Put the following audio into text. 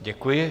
Děkuji.